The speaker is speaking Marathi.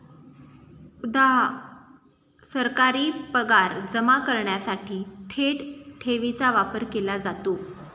उदा.सरकारी पगार जमा करण्यासाठी थेट ठेवीचा वापर केला जातो